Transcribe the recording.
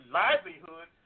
livelihood